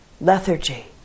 lethargy